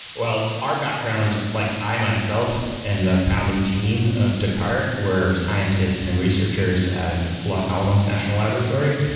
well, our background, like i myself and the founding team of descartes were scientists and researchers at los alamos national laboratory.